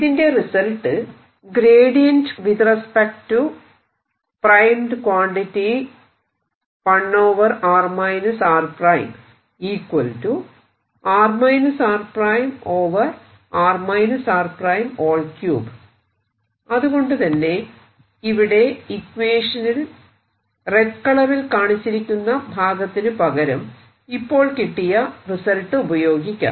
ഇതിന്റെ റിസൾട്ട് അതുകൊണ്ടു തന്നെ ഇവിടെ ഇക്വേഷനിൽ റെഡ് കളറിൽ കാണിച്ചിരിക്കുന്ന ഭാഗത്തിന് പകരം ഇപ്പോൾ കിട്ടിയ റിസൾട്ട് ഉപയോഗിക്കാം